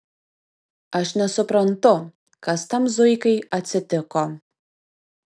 aš nesuprantu kas tam zuikai atsitiko